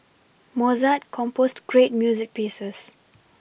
Mozart composed great music pieces